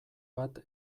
bat